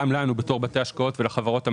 גם לנו כבתי השקעות ולחברות המנהלות.